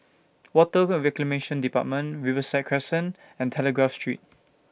Water Reclamation department Riverside Crescent and Telegraph Street